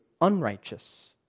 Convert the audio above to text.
unrighteous